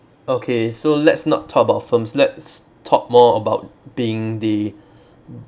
okay so let's not talk about films let's talk more about being the